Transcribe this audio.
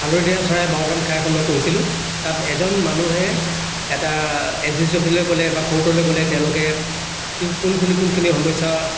হালধীয়া চৰায়ে বাওধান খায়খন মই পঢ়িছিলো তাত এজন মানুহে এটা এচডিছি অফিছলৈ গ'লে বা ক'ৰ্টলৈ গ'লে তেওঁলোকে কোনখিনি কোনখিনি সমস্যা